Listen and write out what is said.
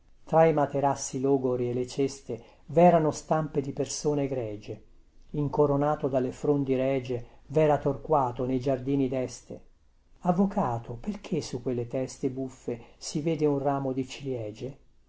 tra i materassi logori e le ceste verano stampe di persone egregie incoronato delle frondi regie vera torquato nei giardini deste avvocato perchè su quelle teste buffe si vede un ramo di ciliegie